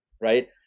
right